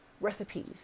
recipes